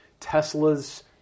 Teslas